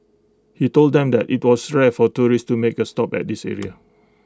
he told them that IT was rare for tourists to make A stop at this area